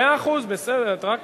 מאה אחוז, בסדר.